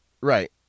Right